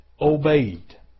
obeyed